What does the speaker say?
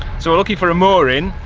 so we're looking for a mooring,